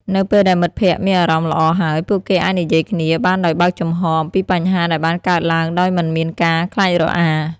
នៅពេលដែលមិត្តភក្តិមានអារម្មណ៍ល្អហើយ ពួកគេអាចនិយាយគ្នាបានដោយបើកចំហរអំពីបញ្ហាដែលបានកើតឡើងដោយមិនមានការខ្លាចរអា។